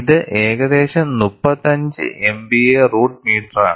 ഇത് ഏകദേശം 35 MPa root മീറ്ററാണ്